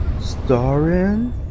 Starring